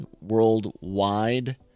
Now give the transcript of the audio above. worldwide